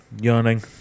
Yawning